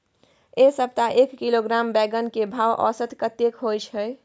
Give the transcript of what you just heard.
ऐ सप्ताह एक किलोग्राम बैंगन के भाव औसत कतेक होय छै?